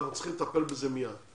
אנחנו צריכים לטפל בזה מיד.